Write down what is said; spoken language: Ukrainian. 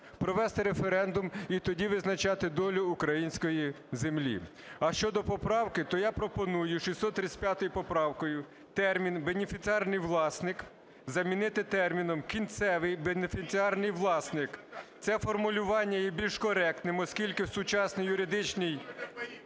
провести референдум і тоді визначати долю української землі. А щодо поправки, то я пропоную 635 поправкою: "Термін "бенефіціарний власник" замінити терміном «кінцевий бенефіціарний власник". Це формулювання є більш коректним, оскільки в сучасній юридичній…